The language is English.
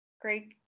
great